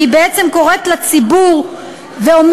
והיא בעצם קוראת לציבור ואומרת: